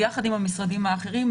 ביחד עם המשרדים האחרים,